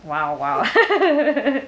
!wow! !wow!